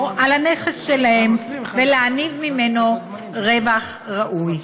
על הנכס שלהם ולהעמיד ממנו רווח ראוי.